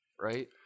right